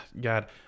God